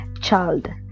child